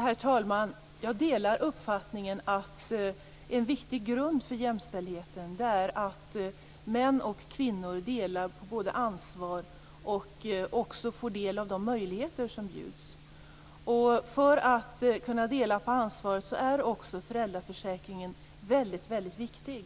Herr talman! Jag delar uppfattningen att en viktig grund för jämställdheten är att män och kvinnor både delar på ansvar och får del av de möjligheter som bjuds. För att man skall kunna dela på ansvaret är också föräldraförsäkringen väldigt viktig.